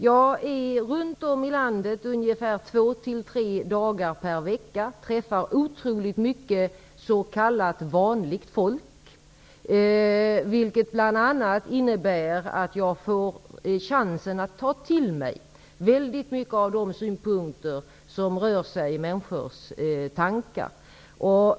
Jag är ute i landet ungefär två tre dagar per vecka och träffar oerhört mycket s.k. vanligt folk, vilket bl.a. innebär att jag får chansen att ta till mig många av de synpunkter som finns i människors tankar.